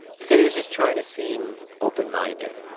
he said he was just trying to seem open-minded,